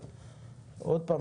שעמד,